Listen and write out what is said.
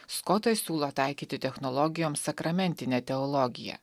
skotas siūlo taikyti technologijom sakramentinę teologiją